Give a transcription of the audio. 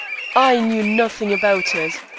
i knew nothink about it.